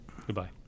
Goodbye